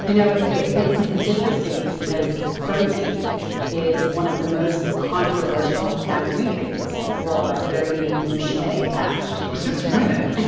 you know ah it's it's interesting because protein is one of the most controversial macronutrients people are very emotionally attached but since when?